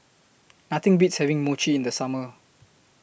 Nothing Beats having Mochi in The Summer